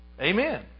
Amen